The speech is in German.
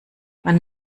man